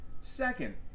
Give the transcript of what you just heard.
Second